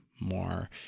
more